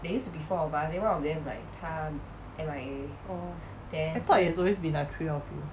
oh I thought it's always been like three of you